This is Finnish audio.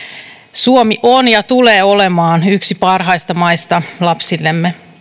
suomi on ja tulee olemaan yksi parhaista maista lapsillemme